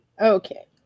Okay